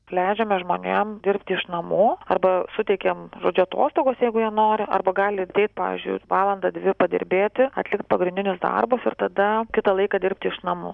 leidžiame žmonėm dirbti iš namų arba suteikiam žodžiu atostogas jeigu jie nori arba gali ateit pavyzdžiui valandą dvi padirbėti atlikt pagrindinius darbus ir tada kitą laiką dirbti iš namų